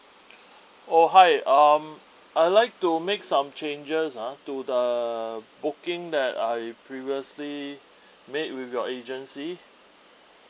oh hi mm I like to make some changes ah to the booking that I previously made with your agency